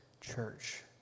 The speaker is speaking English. church